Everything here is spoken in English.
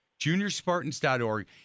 juniorspartans.org